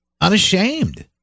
unashamed